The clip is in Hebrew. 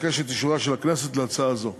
אבקש את אישורה של הכנסת להצעה זו.